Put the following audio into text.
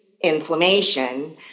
inflammation